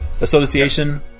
association